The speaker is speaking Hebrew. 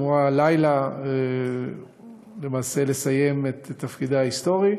שאמורה הלילה לסיים את תפקידה ההיסטורי,